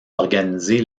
organisées